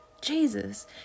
Jesus